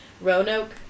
Roanoke